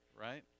right